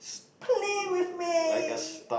play with me